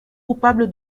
coupable